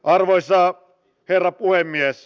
arvoisa herra puhemies